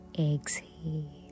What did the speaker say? exhale